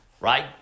right